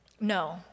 No